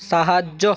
সাহায্য